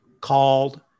called